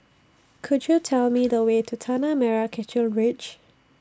Could YOU Tell Me The Way to Tanah Merah Kechil Ridge